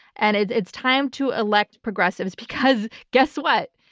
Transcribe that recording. and it's it's time to elect progressives because guess what,